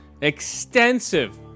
Extensive